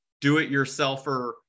do-it-yourselfer